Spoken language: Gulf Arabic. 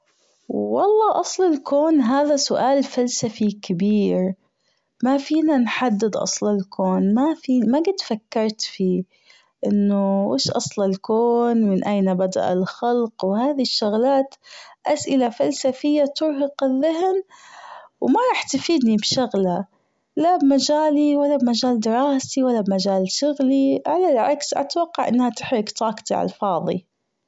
والله أصل الكون هذا سؤال فلسفي كبير مافينا نحدد أصل الكون ما جد فكرت فيه أنه وش أصل الكون ومن أين بدأ الخلق هذي الشغلات أسئلة فلسفية ترهق الذهن وما راح تفيدني بشغلة لا بمجالي ولا بمجال دراستي ولا بمجال شغلي على العكس أتوقع أنها تحرق طاجتي عالفاظي.